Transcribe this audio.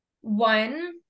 one